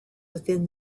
within